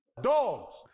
Dogs